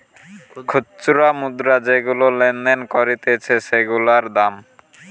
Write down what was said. খুচরা মুদ্রা যেগুলা লেনদেন করতিছে সেগুলার দাম